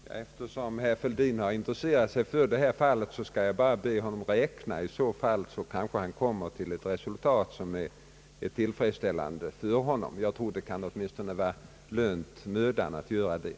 Herr talman! Eftersom herr Fälldin intresserat sig så för detta fall skall jag bara be honom att räkna! I så fall kanske han kommer till ett resultat som är tillfredsställande för honom. Jag tror att det åtminstone kan vara lönt mödan att göra det.